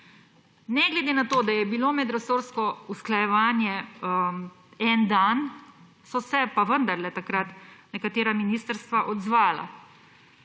Ne glede na to, da je bilo medresorsko usklajevanje en dan, so se pa vendarle takrat nekatera ministrstva odzvala.